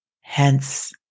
hence